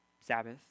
Sabbath